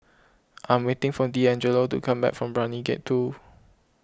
I am waiting for Deangelo to come back from Brani Gate two